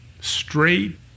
straight